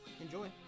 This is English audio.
enjoy